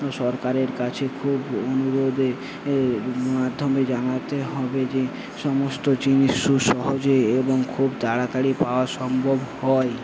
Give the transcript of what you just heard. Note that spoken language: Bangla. সরকারের কাছে খুব অনুরোধের মাধ্যমে জানাতে হবে যে সমস্ত জিনিস খুব সহজেই এবং খুব তাড়াতাড়ি পাওয়া সম্ভব হয়